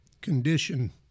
condition